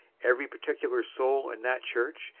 every particular soul in that church,